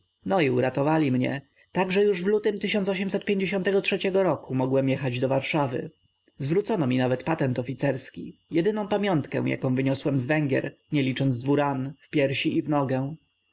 no i uratowali mnie tak że już w lutym roku mogłem jechać do warszawy zwrócono mi nawet patent oficerski jedyną pamiątkę jaką wyniosłem z węgier nie licząc dwu ran w piersi i w nogę